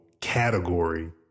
category